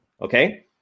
Okay